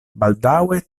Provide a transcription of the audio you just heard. baldaŭe